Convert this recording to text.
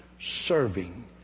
serving